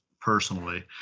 personally